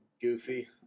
goofy